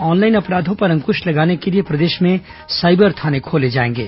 online अपराधों पर अंकुश लगाने के लिए प्रदेश में साइबर थाने खोले जाएंगे